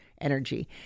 energy